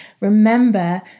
Remember